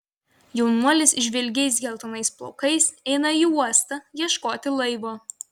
jaunuolis žvilgiais geltonais plaukais eina į uostą ieškoti laivo